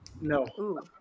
No